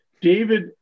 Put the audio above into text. David